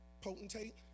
potentate